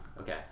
okay